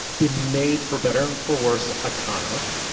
been made for better and for worse iconic